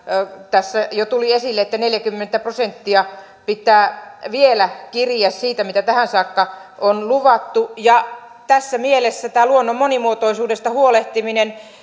tässä jo tuli esille että neljäkymmentä prosenttia pitää vielä kiriä siitä mitä tähän saakka on luvattu ja tässä mielessä tämä luonnon monimuotoisuudesta huolehtiminen